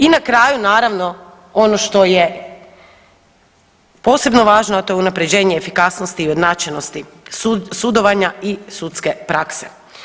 I na kraju naravno ono što je posebno važno, a to je unaprjeđenje efikasnosti i ujednačenosti sudovanja i sudske prakse.